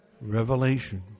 Revelation